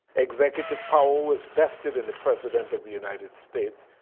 executive power was invested in the president of the united states,